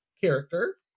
character